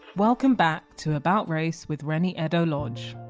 welcome back to about race with reni eddo-lodge